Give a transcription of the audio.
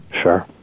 sure